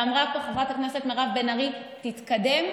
ואמרה פה חברת הכנסת מירב בן ארי: תתקדם.